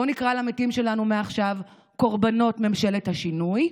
בוא נקרא למתים שלנו מעכשיו: קורבנות ממשלת השינוי.